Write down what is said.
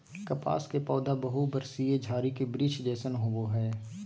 कपास के पौधा बहुवर्षीय झारी के वृक्ष जैसन होबो हइ